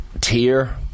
tier